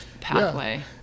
pathway